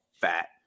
fat